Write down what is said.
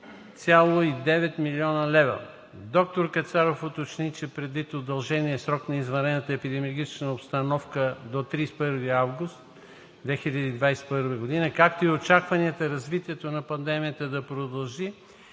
на 118,9 млн. лв. Доктор Кацаров уточни, че предвид удължения срок на извънредната епидемична обстановка до 31 август 2021 г., както и очакванията развитието на пандемията да продължи,